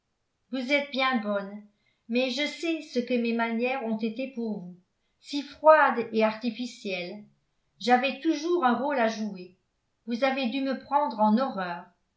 vous êtes bien bonne mais je sais ce que mes manières ont été pour vous si froides et artificielles j'avais toujours un rôle à jouer vous avez dû me prendre en horreur